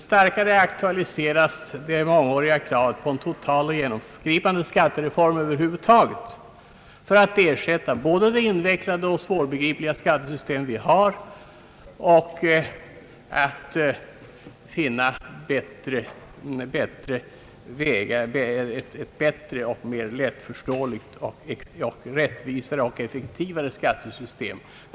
Starkare aktualiseras det mångåriga kravet på en total och genomgripande skattereform över huvud taget, avsedd både att ersätta det invecklade och svårbegripliga skattesystem vi har och att finna vägar för ett bättre, mer lättförståeligt, rättvisare och effektivare skattesystem än det nuvarande.